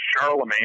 Charlemagne